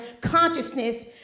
consciousness